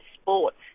sport